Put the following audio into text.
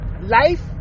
Life